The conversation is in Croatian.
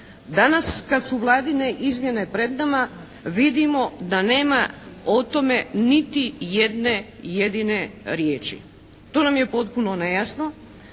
danas kad su Vladine izmjene pred nama vidimo da nema o tome niti jedne jedine riječi. To nam je potpuno nejasno